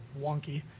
wonky